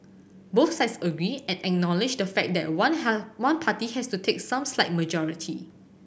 both sides agree and acknowledge the fact that one one party has to take some slight majority